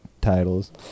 titles